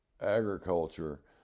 agriculture